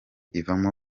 ivamo